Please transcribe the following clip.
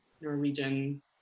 Norwegian